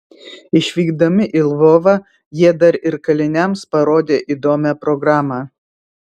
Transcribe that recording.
išvykdami į lvovą jie dar ir kaliniams parodė įdomią programą